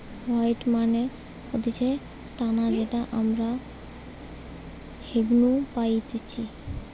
wheat মানে হতিছে আটা যেটা আমরা গেহু নু পাইতেছে